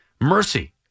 Mercy